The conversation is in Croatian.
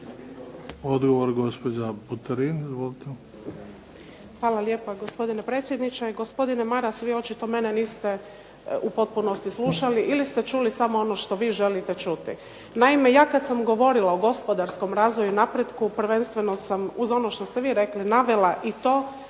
Hvala lijepa gospodine predsjedniče.